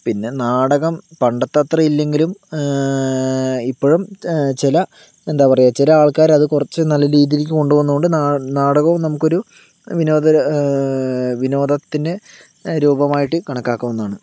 പിന്നെ നാടകം പണ്ടത്തത്രേ ഇല്ലെങ്കിലും ഇപ്പൊഴും ചില എന്താ പറയുക ചില ആൾക്കാര് അത് കുറച്ച് നല്ല രീതിയിലേക്ക് കൊണ്ടുപോകുന്നതോണ്ട് നാടകവും നമുക്കൊരു വിനോദ വിനോദത്തിന് രൂപമായിട്ട് കണക്കാക്കാവുന്നതാണ്